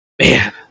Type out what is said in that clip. Man